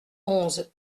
onze